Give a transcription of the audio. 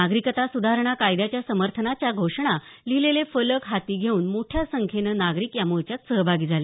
नागरिकता सुधारणा कायद्याच्या समर्थनाच्या घोषणा लिहिलेले फलक हाती घेऊन मोठ्या संख्येनं नागरिक या मोर्चात सहभागी झाले